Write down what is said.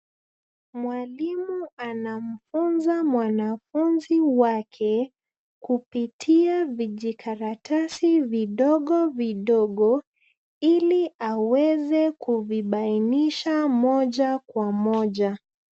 Mwalimu anamfunza mwanafunzi wake kupitia vijikaratasi vidogo vidogo ili aweze kuvibainisha moja kwa moja.